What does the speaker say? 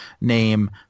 name